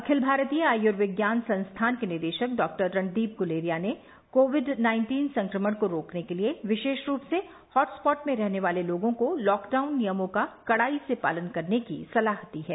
अखिल भारतीय आयुर्विज्ञान संस्थान के निदेशक डॉक्टर रणदीप गुलेरिया ने कोविड नाइन्टीन संक्रमण को रोकने के लिए विशेष रूप से हॉटस्पॉट में रहने वाले लोगों को लॉकडाउन नियमों का कड़ाई से पालन करने की सलाह दी है